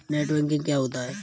Net banking क्या होता है?